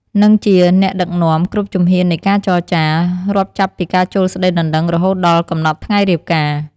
និងជា អ្នកដឹកនាំ គ្រប់ជំហាននៃការចរចា រាប់ចាប់ពីការចូលស្ដីដណ្ដឹងរហូតដល់កំណត់ថ្ងៃរៀបការ។